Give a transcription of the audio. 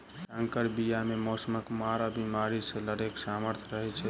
सँकर बीया मे मौसमक मार आ बेमारी सँ लड़ैक सामर्थ रहै छै